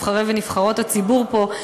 נבחרי ונבחרות הציבור פה,